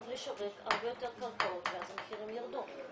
לשווק הרבה יותר קרקעות ואז המחירים יירדו?